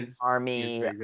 army